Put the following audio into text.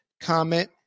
comment